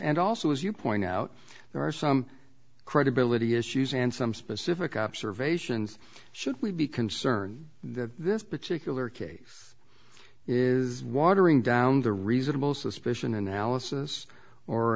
and also as you point out there are some credibility issues and some specific observations should we be concerned that this particular case is watering down the reasonable suspicion analysis or